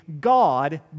God